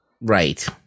right